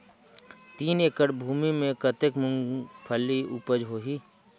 तीन एकड़ भूमि मे कतेक मुंगफली उपज होही?